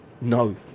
no